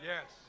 yes